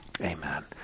amen